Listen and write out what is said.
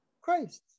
Christ